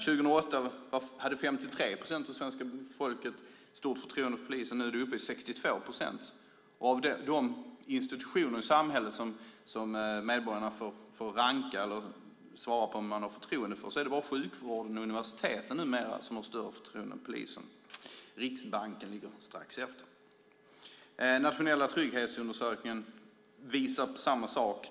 År 2008 hade 53 procent av svenska folket stort förtroende för polisen. Nu är det uppe i 62 procent. Av de institutioner i samhället som medborgarna får ranka eller svara på om man har förtroende för är det bara sjukvården och universiteten som numera har större förtroende än polisen. Riksbanken ligger strax efter. Den nationella trygghetsundersökningen visar samma sak.